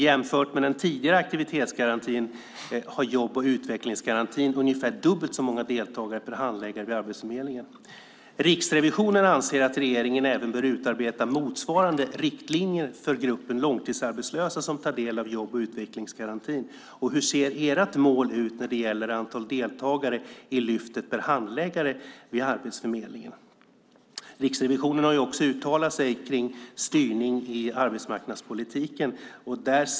Jämfört med den tidigare aktivitetsgarantin har jobb och utvecklingsgarantin ungefär dubbelt så många deltagare per handläggare vid Arbetsförmedlingen. Riksrevisionen anser att regeringen bör utarbeta motsvarande riktlinjer för gruppen långtidsarbetslösa som tar del av jobb och utvecklingsgarantin. Hur ser ert mål ut när det gäller antalet deltagare i Lyftet per handläggare vid Arbetsförmedlingen? Riksrevisionen har också uttalat sig om styrningen i arbetsmarknadspolitiken.